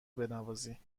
بنوازی